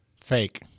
fake